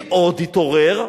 מי עוד התעורר?